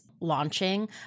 launching